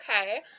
okay